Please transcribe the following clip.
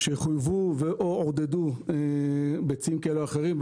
שייחויבו ו-או עודדו בציים כאלה ואחרים,